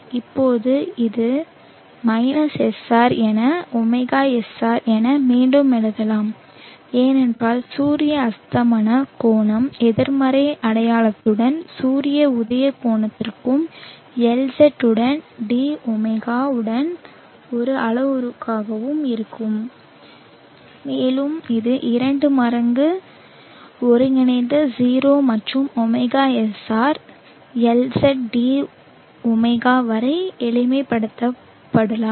இப்போது இதை SR என ωSR என மீண்டும் எழுதலாம் ஏனென்றால் சூரிய அஸ்தமன கோணம் எதிர்மறை அடையாளத்துடன் சூரிய உதய கோணத்திற்கும் LZ உடன் dω உடன் ஒரு அளவுருவாகவும் இருக்கும் மேலும் இது 2 மடங்கு ஒருங்கிணைந்த 0 முதல் ωSR LZ dω வரை எளிமைப்படுத்தப்படலாம்